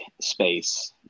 space